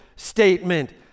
statement